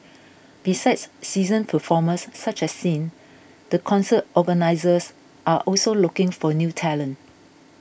besides seasoned performers such as Sin the concert organisers are also looking for new talent